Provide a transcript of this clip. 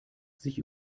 sich